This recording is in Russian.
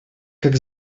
как